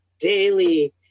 daily